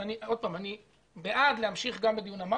אני בעד להמשיך בדיון המקרו,